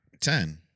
Ten